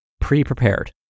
pre-prepared